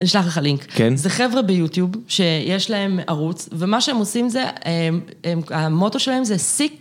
אני אשלח לך לינק, זה חבר'ה ביוטיוב שיש להם ערוץ ומה שהם עושים זה, המוטו שלהם זה סיק...